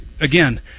again